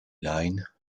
line